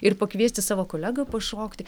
ir pakviesti savo kolegą pašokti